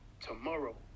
tomorrow